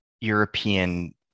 European